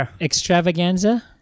extravaganza